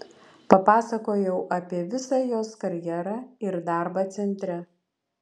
papasakojau apie visą jos karjerą ir darbą centre